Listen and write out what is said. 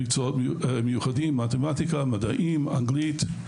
למקצועות מיוחדים: מתמטיקה, אנגלית,